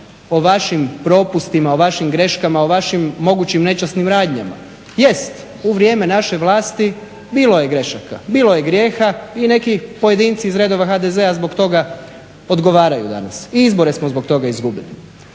o vašim propustima, o vašim greškama, o vašim mogućim nečasnim radnjama. Jest, u vrijeme naše vlasti bilo je grešaka, bilo je grijeha i neki pojedinci iz redova HDZ-a zbog toga odgovaraju danas, i izbore smo zbog toga izgubili.